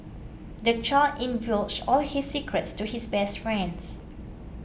the child all his secrets to his best friends